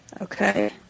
Okay